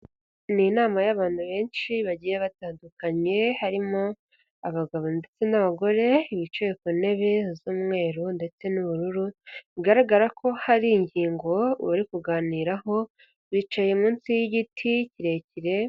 Ni inama y'abantu benshi bagiye batandukanye harimo abagabo ndetse n'abagore, bicaye ku ntebe z'umweru ndetse n'ubururu, bigaragara ko hari ingingo bari kuganiraho, bicaye munsi y'igiti kirekire.